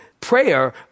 prayer